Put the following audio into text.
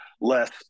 less